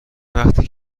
وقتی